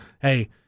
hey